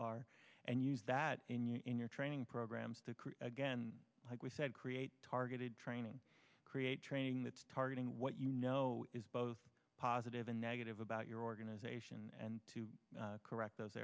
are and use that in your in your training programs to again like we said create targeted training create training that's targeting what you know is both positive and negative about your organization and to correct those